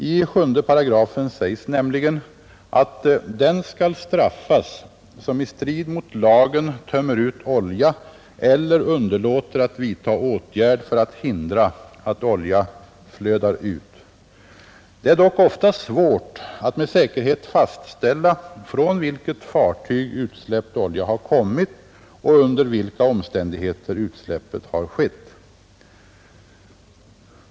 I 7 § sägs nämligen att den skall straffas som i strid mot lagen tömmer ut olja eller underlåter att vidta åtgärd för att hindra att olja flödar ut. Det är dock ofta svårt att med säkerhet fastställa från vilket fartyg utsläppt olja har kommit och under vilka omständigheter utsläppet har skett.